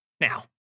Now